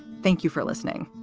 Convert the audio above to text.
thank you for listening.